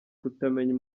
kutamenya